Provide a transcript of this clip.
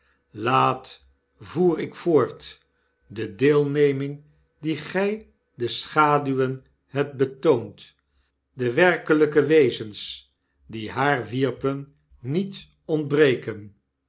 laat voer ik voort de deelneming die gy de schaduwen hebt betoond den werkelyken wezens die haar wierpen nietontbreken